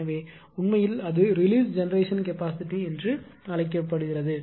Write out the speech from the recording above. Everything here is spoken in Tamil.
எனவே உண்மையில் அது ரிலீஸ் ஜெனெரேஷன் கேபாஸிட்டி என்று அழைக்கப்படுகிறது